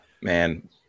Man